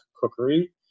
Cookery